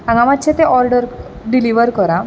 हांगा मातशें ते ऑर्डर डिलीवर कर आं